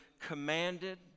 commanded